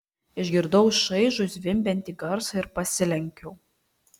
išgirdau šaižų zvimbiantį garsą ir pasilenkiau